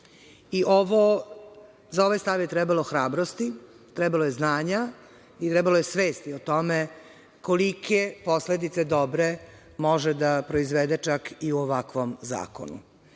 i obrnuto. Za ovaj stav je trebalo hrabrosti, trebalo je znanja i trebalo je svesti o tome kolike posledice dobre može da proizvede čak i ovakvom zakonu.S